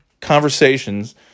conversations